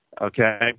Okay